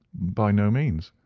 by no means.